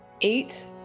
eight